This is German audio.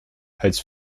als